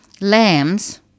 lambs